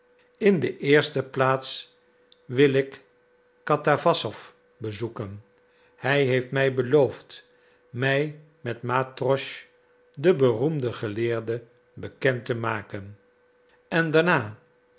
in de eerste plaats wil ik katawassow bezoeken hij heeft mij beloofd mij met matrosch den beroemden geleerde bekend te maken en daarna